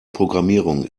programmierung